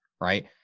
right